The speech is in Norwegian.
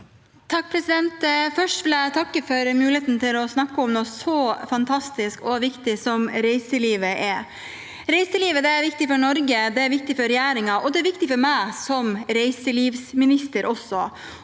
Først vil jeg takke for muligheten til å snakke om noe så fantastisk og viktig som reiselivet. Reiselivet er viktig for Norge, det er viktig for regjeringen, og det er viktig for meg som reiselivsminister.